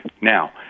Now